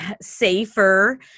safer